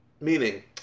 meaning